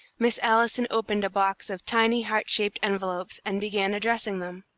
miss allison opened a box of tiny heart-shaped envelopes, and began addressing them.